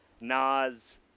Nas